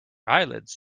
eyelids